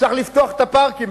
צריך לפתוח את הפארקים,